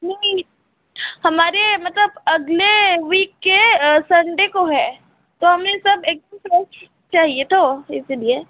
नहीं हमारे मतलब अगले वीक के सनडे को है तो हमें सब एकदम फ्रेश चाहिए तो इसलिए